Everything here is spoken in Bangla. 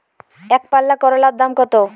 একপাল্লা করলার দাম কত?